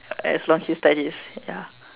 as long he studies ya